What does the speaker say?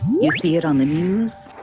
you see it on the news,